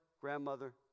grandmother